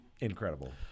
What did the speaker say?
incredible